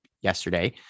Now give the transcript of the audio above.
yesterday